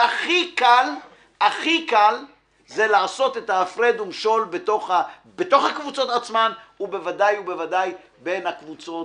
הכי קל לעשות הפרד ומשול בתוך הקבוצות עצמן ובוודאי בין הקבוצות.